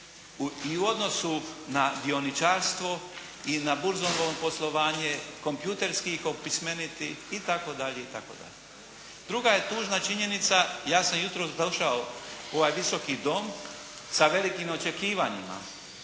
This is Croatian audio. i u odnosu na dioničarstvo i na burzovno poslovanje kompjuterski ih opismeniti itd., itd. Druga je tužna činjenica, ja sam jutros došao u ovaj Visoki dom sa velikim očekivanjima.